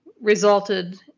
resulted